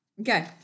Okay